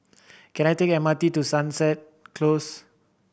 can I take M R T to Sunset Close